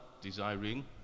desiring